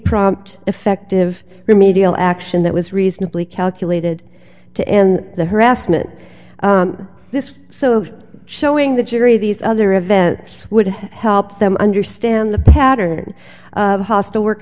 prompt effective remedial action that was reasonably calculated to end the harassment this so showing the jury these other events would help them understand the pattern of hostile work